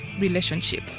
relationship